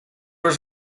was